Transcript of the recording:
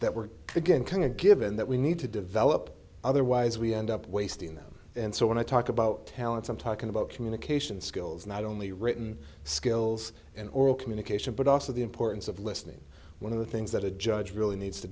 that we're again kind of given that we need to develop otherwise we end up wasting them and so when i talk about talents i'm talking about communication skills not only written skills and oral communication but also the importance of listening one of the things that a judge really needs to